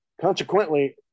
consequently